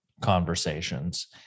conversations